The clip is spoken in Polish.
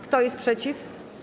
Kto jest przeciw?